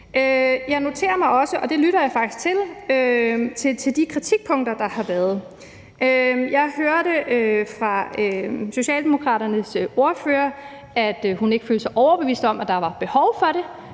også noteret mig – og det lytter jeg faktisk til – de kritikpunkter, der har været. Jeg hørte fra Socialdemokraternes ordfører, at hun ikke følte sig overbevist om, at der var behov for det.